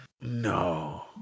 no